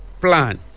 plan